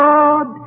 God